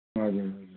हजुर